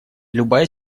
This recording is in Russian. любая